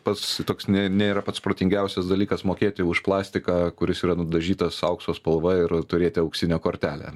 pats toks ne nėra pats protingiausias dalykas mokėti už plastiką kuris yra nudažytas aukso spalva ir turėti auksinę kortelę